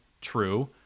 True